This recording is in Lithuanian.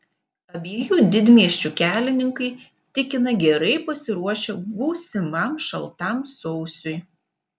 abiejų didmiesčių kelininkai tikina gerai pasiruošę būsimam šaltam sausiui